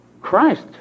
Christ